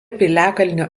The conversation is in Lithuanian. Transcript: piliakalnio